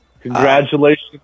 Congratulations